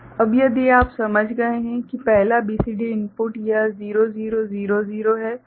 अब यदि आप समझ गए हैं कि पहला BCD इनपुट यह 0000 है